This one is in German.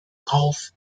auf